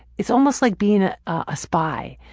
it's almost like being a spy.